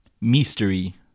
mystery